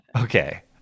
Okay